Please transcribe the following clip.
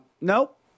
Nope